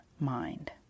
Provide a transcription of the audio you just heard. mind